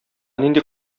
нинди